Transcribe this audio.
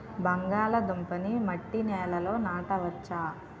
బంగాళదుంప నీ మట్టి నేలల్లో నాట వచ్చా?